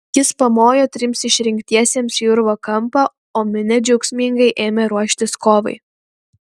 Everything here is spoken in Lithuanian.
jis pamojo trims išrinktiesiems į urvo kampą o minia džiaugsmingai ėmė ruoštis kovai